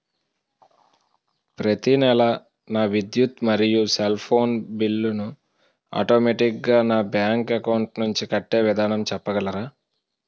ప్రతి నెల నా విద్యుత్ మరియు సెల్ ఫోన్ బిల్లు ను ఆటోమేటిక్ గా నా బ్యాంక్ అకౌంట్ నుంచి కట్టే విధానం చెప్పగలరా?